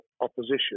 opposition